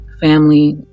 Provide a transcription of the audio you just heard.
family